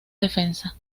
defensa